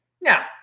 Now